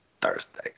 Thursday